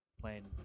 playing